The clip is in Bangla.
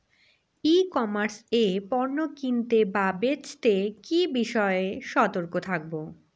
ই কমার্স এ পণ্য কিনতে বা বেচতে কি বিষয়ে সতর্ক থাকব?